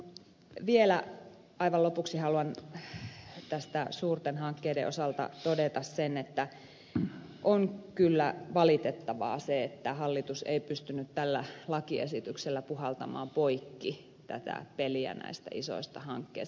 vielä aivan lopuksi haluan näiden suurten hankkeiden osalta todeta sen että on kyllä valitettavaa se että hallitus ei pystynyt tällä lakiesityksellä puhaltamaan poikki tätä peliä näistä isoista hankkeista